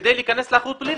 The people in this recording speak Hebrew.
כדי להיכנס לאחריות פלילית,